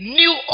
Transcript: new